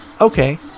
Okay